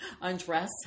undress